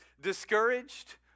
Discouraged